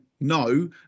no